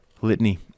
litany